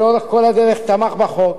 שלאורך כל הדרך תמך בחוק,